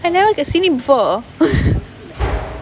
I never before